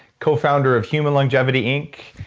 co-founder of human longevity inc.